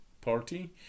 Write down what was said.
Party